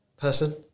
person